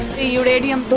uranium,